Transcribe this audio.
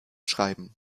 schreiben